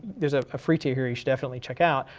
there's a free tier here you should definitely check out,